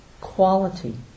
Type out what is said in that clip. quality